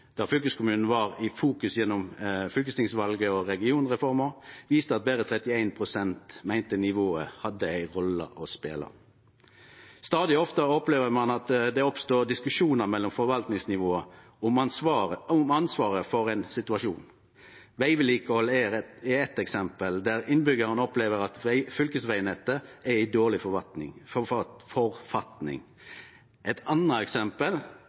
fylkeskommunen var i fokus gjennom fylkestingsvalet og regionreforma, viste at berre 31 pst. meinte at nivået hadde ei rolle å spele. Stadig oftare opplever ein at det oppstår diskusjonar mellom forvaltningsnivåa om ansvaret for ein situasjon. Vegvedlikehald er eitt eksempel, der innbyggjarane opplever at fylkesvegnettet er i dårleg forfatning. Eit anna eksempel er ferjeprisar på fylkesferjene, som er eit